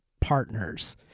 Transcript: partners